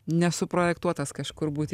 nesuprojektuotas kažkur būti